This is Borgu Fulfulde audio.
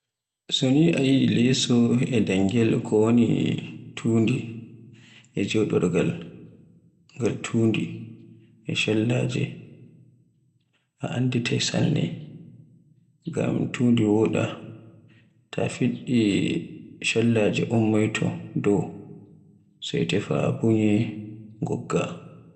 Sonki a yie leeso e dangel ko woni tundi e joɗorgal ngal tundi e chollaaje a annditai sanne, ngam tundi woɗa, ta fiɗɗi chollaaje ummoyto dow sai tefa bunye ngogga.